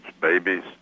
babies